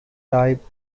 type